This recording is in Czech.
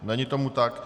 Není tomu tak.